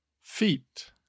Feet